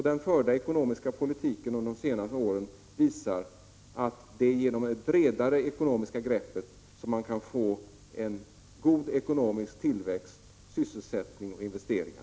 Den förda ekonomiska politiken under de senaste åren visar att det är genom ett bredare ekonomiskt grepp som man kan få en god ekonomisk tillväxt, sysselsättning och investeringar.